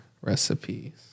Recipes